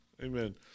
Amen